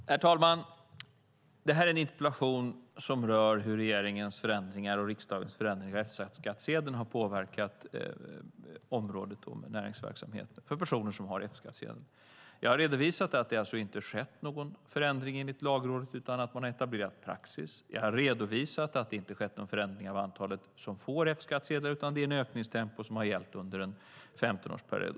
Herr talman! Interpellationen rör hur regeringens och riksdagens förändringar av F-skattsedeln har påverkat näringsverksamhet för personer som har F-skattsedel. Jag har redovisat att det enligt Lagrådet alltså inte har skett någon förändring, utan man har etablerat praxis. Jag har redovisat att det inte har skett någon förändring av antalet som får F-skattsedel, utan det är ett ökningstempo som har gällt under en 15-årsperiod.